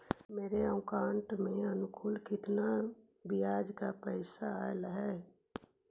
मेरे अकाउंट में अनुकुल केतना बियाज के पैसा अलैयहे?